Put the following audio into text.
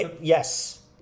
Yes